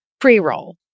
pre-roll